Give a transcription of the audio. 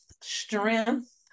strength